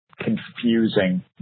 confusing